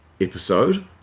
episode